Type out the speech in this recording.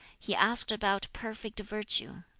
he asked about perfect virtue.